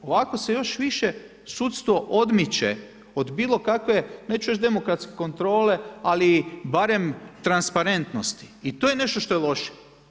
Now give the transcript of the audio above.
Ovako se još više sudstvo odmiče od bilo kakve, neću reći demokratske kontrole, ali barem transparentnosti i to je nešto što je loše.